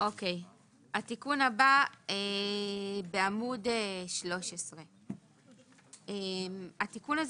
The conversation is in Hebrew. התיקון הבא בעמוד 13. התיקון הוא